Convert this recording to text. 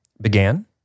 Began